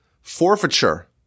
forfeiture